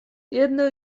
jedno